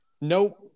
Nope